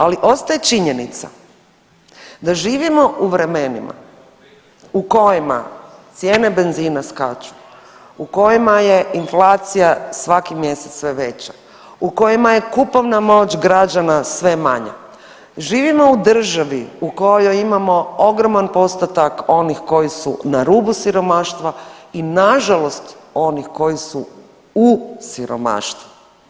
Ali, ostaje činjenica da živimo u vremenima u kojima cijene benzina skaču, u kojima je inflacija svaki mjesec sve veća, u kojima je kupovna moć građana sve manja, živimo u državi u kojoj imamo ogroman postotak onih koji su na rubu siromaštva i nažalost onih koji su u siromaštvu.